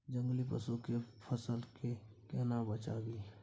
जंगली पसु से फसल के केना बचावी?